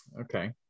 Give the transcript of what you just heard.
okay